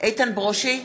איתן ברושי,